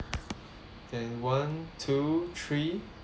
then one two three